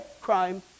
crime